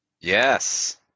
Yes